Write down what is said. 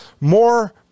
more